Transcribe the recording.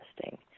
testing